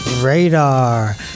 radar